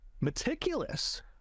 meticulous